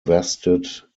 vested